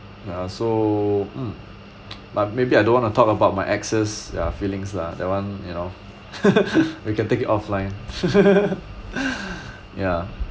ya so mm but maybe I don't want to talk about my exes ah feelings ah that one you know we can take it offline ya